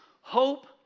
hope